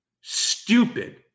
Stupid